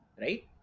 right